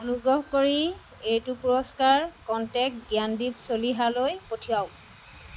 অনুগ্ৰহ কৰি এইটো পুৰস্কাৰ কণ্টেক্ট জ্ঞানদীপ চলিহালৈ পঠিৱাওক